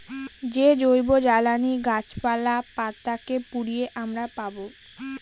যে জৈবজ্বালানী গাছপালা, পাতা কে পুড়িয়ে আমরা পাবো